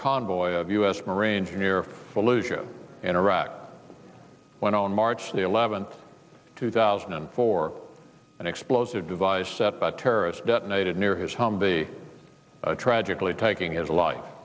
convoy of u s marines near fallujah in iraq when on march the eleventh two thousand and four an explosive device set by terrorists detonated near his humvee tragically taking his life